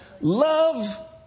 Love